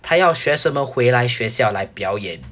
她要学生们回来学校来表演